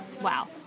Wow